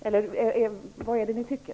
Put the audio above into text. Eller vad är det ni tycker?